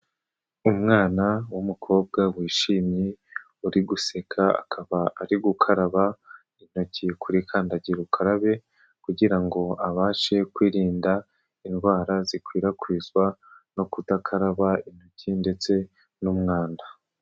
Umwana w'umukobwa, wishimye, uri guseka, akaba ari gukaraba intoki kuri kandagira ukarabe kugira ngo abashe kwirinda indwara zikwirakwizwa no kudakaraba intoki ndetse n'umwanda.